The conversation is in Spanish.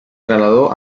trasladó